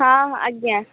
ହଁ ଆଜ୍ଞା